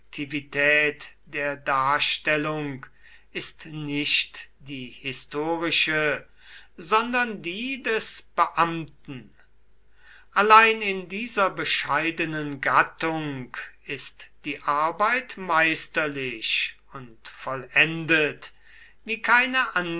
der darstellung ist nicht die historische sondern die des beamten allein in dieser bescheidenen gattung ist die arbeit meisterlich und vollendet wie keine